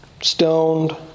stoned